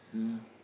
um